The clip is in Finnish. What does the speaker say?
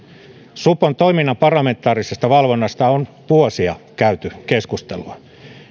supon toiminnan parlamentaarisesta valvonnasta on vuosia käyty keskustelua